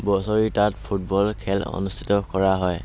বছৰি তাত ফুটবল খেল অনুষ্ঠিত কৰা হয়